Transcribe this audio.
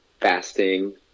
fasting